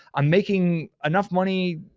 i'm making enough money,